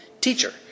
teacher